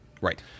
Right